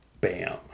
Bam